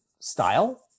Style